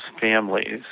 families